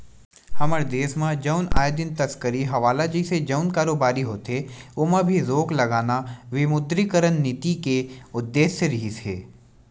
हमर देस म जउन आए दिन तस्करी हवाला जइसे जउन कारोबारी होथे ओमा भी रोक लगाना विमुद्रीकरन नीति के उद्देश्य रिहिस हे